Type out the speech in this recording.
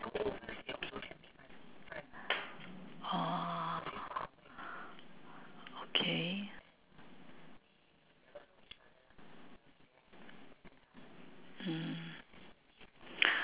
orh okay mm